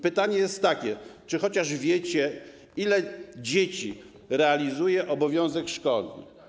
Pytanie jest takie: Czy chociaż wiecie, ile dzieci realizuje obowiązek szkolny?